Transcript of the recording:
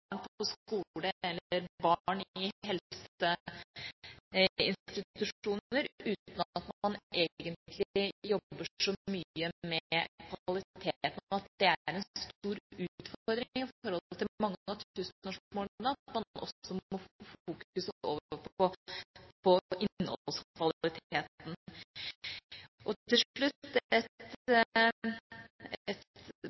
uten at man egentlig jobber så mye med kvaliteten – at det er en stor utfordring i forhold til mange av tusenårsmålene at man også må få fokus over på innholdskvaliteten. Til slutt et